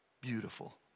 beautiful